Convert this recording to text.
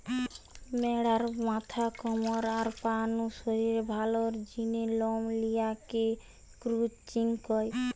ম্যাড়ার মাথা, কমর, আর পা নু শরীরের ভালার জিনে লম লিয়া কে ক্রচিং কয়